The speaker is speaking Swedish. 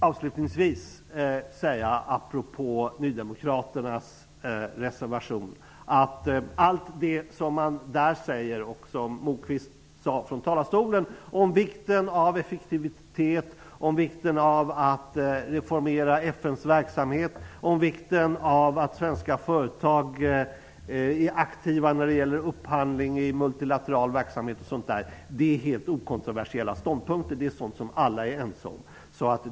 Avslutningsvis vill jag apropå nydemokraternas reservation säga: Allt det som man säger i reservationen och som Moquist sade från talarstolen om vikten av effektivitet, om vikten av att reformera FN:s verksamhet, om vikten av att svenska företag är aktiva vad gäller upphandling i multilateral verksamhet osv. är helt okontroversiella ståndpunkter. Det är sådant som alla är ense om.